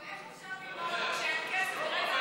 אבל איך אפשר ללמוד כשאין כסף?